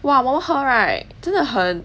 !wah! 我们喝 right 真的很